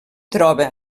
troba